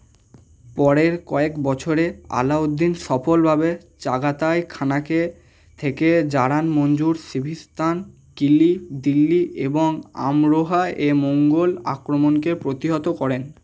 পরের কয়েক বছরে আলাউদ্দিন সফলভাবে চাগাতাই খানাকে থেকে জারান মঞ্জুর সিভিস্তান কিলি দিল্লি এবং আমরোহায়ে মঙ্গল আক্রমণকে প্রতিহত করেন